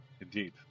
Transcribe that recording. Indeed